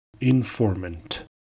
Informant